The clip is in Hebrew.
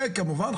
וכמובן,